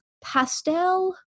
pastel